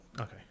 Okay